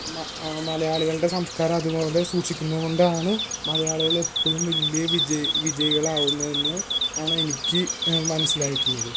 മലയാളികളുടെ സംസ്കാരം അതുപോലെ സൂക്ഷിക്കുന്നതുകൊണ്ടാണ് മലയാളികള് എപ്പോഴും വലിയ വിജയി വിജയികൾ ആവുന്നതെന്ന് ആണ് എനിക്ക് മനസ്സിലായിരിക്കുന്നത്